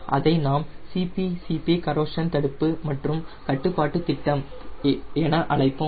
இதை நாம் CPCP corrosion தடுப்பு மற்றும் கட்டுப்பாட்டு திட்டம் என அழைப்போம்